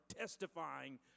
testifying